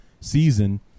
season